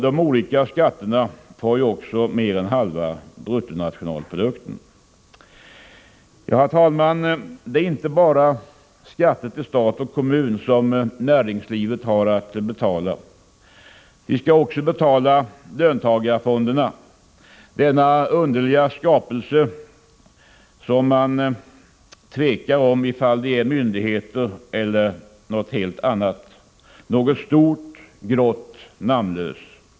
De olika skatterna tar också mer än halva bruttonationalprodukten. Herr talman! Det är inte bara skatter till stat och kommun som näringslivet har att betala. Det skall också betala till löntagarfonderna, denna underliga skapelse som man tvekar om ifall de är myndigheter eller något helt annat — något stort, grått, namnlöst.